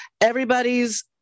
everybody's